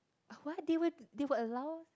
what they will they will allow